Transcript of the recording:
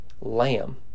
lamb